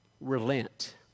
relent